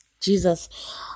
Jesus